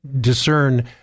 discern